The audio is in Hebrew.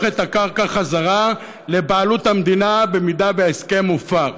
את הקרקע בחזרה לבעלות המדינה אם ההסכם מופר.